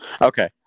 Okay